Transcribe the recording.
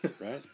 right